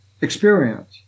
experience